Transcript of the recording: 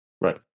Right